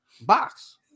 box